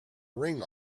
ring